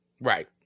Right